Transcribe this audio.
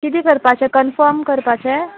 किदें करपाचें कन्फर्म करपाचें